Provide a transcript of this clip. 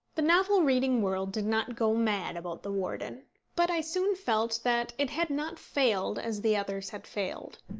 the novel-reading world did not go mad about the warden but i soon felt that it had not failed as the others had failed.